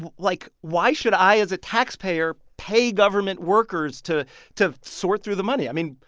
but like, why should i as a taxpayer pay government workers to to sort through the money? i mean,